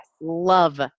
love